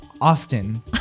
Austin